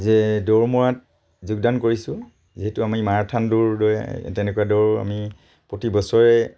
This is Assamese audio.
যে দৌৰ মৰাত যোগদান কৰিছোঁ যিহেতু আমি মাৰাথান দৌৰৰ দৰে তেনেকুৱা দৌৰ আমি প্ৰতি বছৰে